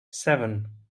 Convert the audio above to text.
seven